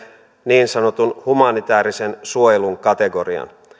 niin sanotun humanitäärisen suojelun kategorian